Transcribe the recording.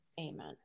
Amen